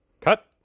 Cut